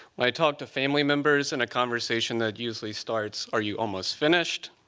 when i talk to family members in a conversation that usually starts, are you almost finished,